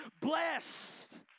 blessed